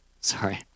sorry